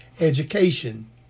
education